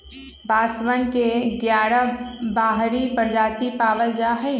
बांसवन के ग्यारह बाहरी प्रजाति पावल जाहई